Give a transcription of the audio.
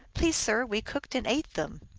please, sir, we cooked and ate them.